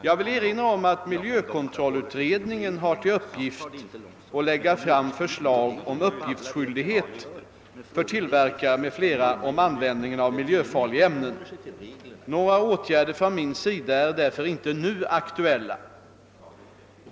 Jag vill erinra om att miljökontrollutredningen har till uppgift att lägga fram förslag om uppgiftsskyldighet för tillverkare m.fl. om användningen av miljöfarliga ämnen. Några åtgärder från min sida är därför inte nu aktuella.